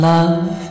Love